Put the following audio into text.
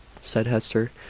said hester.